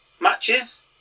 matches